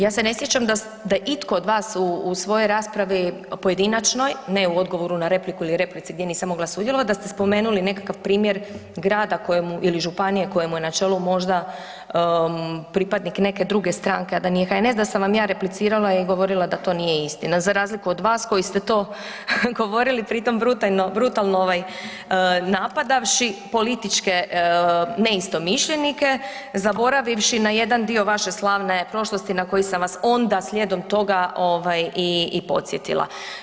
Ja se ne sjećam da je itko od vas u svojoj raspravi pojedinačnoj, ne u odgovoru na repliku ili replici gdje nisam mogla sudjelovati da ste spomenuli nekakav primjer grada ili županije kojemu je na čelu možda pripadnik neke druge stranke a da nije HNS da sam vam ja replicirala i govorili da to nije istina za razliku od vas koji ste to govorili pri tome brutalno napadavši političke neistomišljenike zaboravivši na jedan dio vaše slavne prošlosti na koji sam vas onda slijedom toga i podsjetila.